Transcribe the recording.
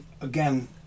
again